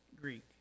greek